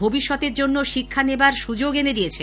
ভবিষ্যতের জন্য শিক্ষা নেবার সুযোগ এনে দিয়েছে